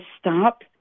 stop